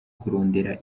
kurondera